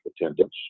attendance